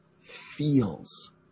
feels